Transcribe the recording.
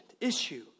issue